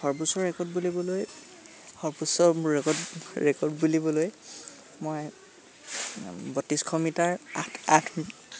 সৰ্বোচ্চ ৰেকৰ্ড বুলিবলৈ সৰ্বোচ্চ ৰেকৰ্ড ৰেকৰ্ড বুলিবলৈ মই বত্ৰিছশ মিটাৰ আঠ আঠ